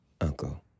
Uncle